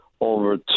over